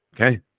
Okay